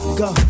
go